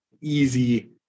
easy